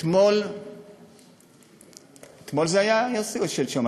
אתמול, יוסי, זה היה אתמול או שלשום?